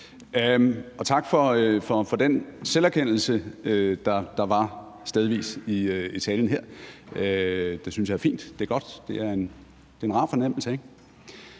Og tak for den selverkendelse, der stedvis var i talen her. Det synes jeg er fint – det er godt – det er en rar fornemmelse, ikke?